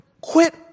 Quit